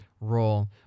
role